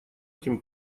этим